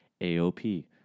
AOP